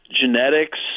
genetics